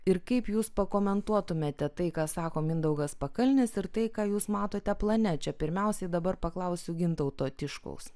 ir kaip jūs pakomentuotumėte tai ką sako mindaugas pakalnis ir tai ką jūs matote plane čia pirmiausiai dabar paklausiu gintauto tiškaus